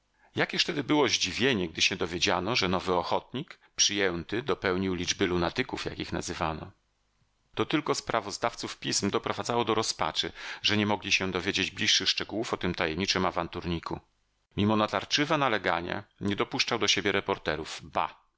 górach jakież tedy było zdziwienie gdy się dowiedziano że nowy ochotnik przyjęty dopełnił liczby lunatyków jak ich nazywano to tylko sprawozdawców pism doprowadzało do rozpaczy że nie mogli się dowiedzieć bliższych szczegółów o tym tajemniczym awanturniku mimo natarczywe nalegania nie dopuszczał do siebie reporterów ba